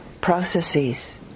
processes